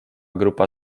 grupa